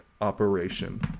operation